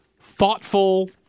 thoughtful